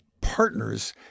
partners